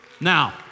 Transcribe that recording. Now